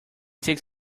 takes